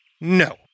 No